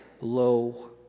low